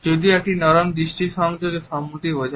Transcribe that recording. যদিও একটি নরম দৃষ্টি সংযোগ সম্মতি বোঝায়